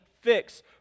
fix